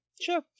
Sure